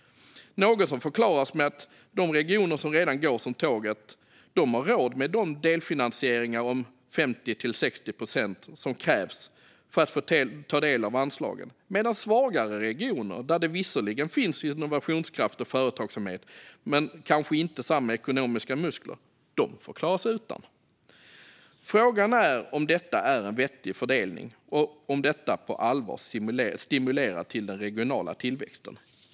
Det förklaras med att de regioner som redan går som tåget har råd med de delfinansieringar om 50-60 procent som krävs för att få ta del av anslagen. Svagare regioner, där det visserligen finns innovationskraft och företagsamhet men kanske inte samma ekonomiska muskler, får däremot klara sig utan. Frågan är om detta är en vettig fördelning som på allvar stimulerar till den regionala tillväxten.